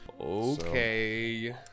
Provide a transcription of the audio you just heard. Okay